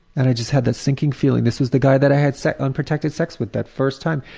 and i just had this sinking feeling. this was the guy that i had sex unprotected sex with that first time.